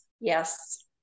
Yes